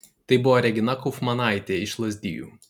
tai buvo regina kaufmanaitė iš lazdijų